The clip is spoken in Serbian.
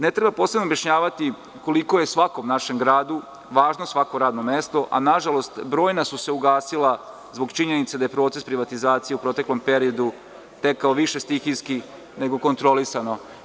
Ne treba posebno objašnjavati koliko je svakom našem gradu važno svako radno mesto, a nažalost brojna su se ugasila zbog činjenice da je proces privatizacije u proteklom periodu tekao više stihijski nego kontrolisano.